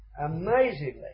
Amazingly